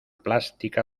plástica